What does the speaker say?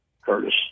Curtis